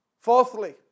Fourthly